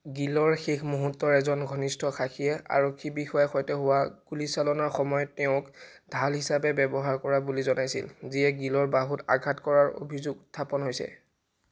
গীলৰ শেষ মুহূৰ্তৰ এজন ঘনিষ্ঠ সাক্ষীয়ে আৰক্ষী বিষয়াৰ সৈতে হোৱা গুলীচালনাৰ সময়ত তেওঁক ঢাল হিচাপে ব্যৱহাৰ কৰা বুলি জনাইছিল যিয়ে গীলৰ বাহুত আঘাত কৰাৰ অভিযোগ উত্থাপন হৈছে